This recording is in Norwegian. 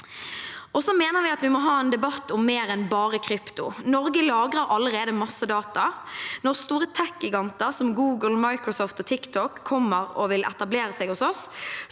vi må ha en debatt om mer enn bare krypto. Norge lagrer allerede masse data. Når store tekgiganter, som Google, Microsoft og TikTok, kommer og vil etablere seg hos oss,